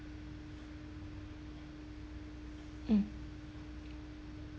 mm